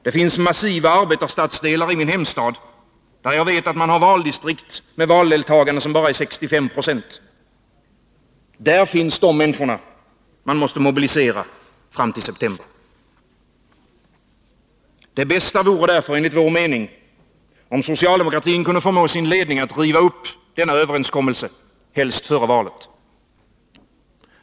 Det finns massiva arbetarstadsdelar i min hemstad, där jag vet att man har valdistrikt med valdeltagande som bara är 65 96. Där finns de människor man måste mobilisera fram till september. Det bästa vore därför enligt vår mening om socialdemokratin kunde förmå sin ledning att riva upp denna överenskommelse — helst före valet.